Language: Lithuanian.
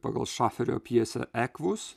pagal šaferio pjesę ekvus